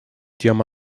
тем